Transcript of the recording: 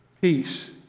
peace